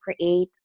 create